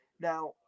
Now